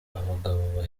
abagabo